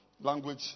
language